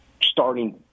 starting